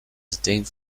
detained